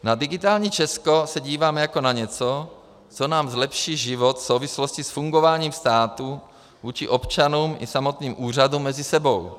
Na digitální Česko se dívám jako na něco, co nám zlepší život v souvislosti s fungováním státu vůči občanům i samotným úřadům mezi sebou.